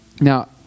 Now